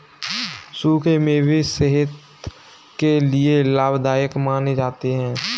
सुखे मेवे सेहत के लिये लाभदायक माने जाते है